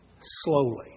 Slowly